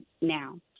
now